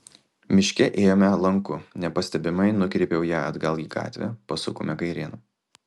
miške ėjome lanku nepastebimai nukreipiau ją atgal į gatvę pasukome kairėn